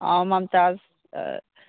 Mumtaz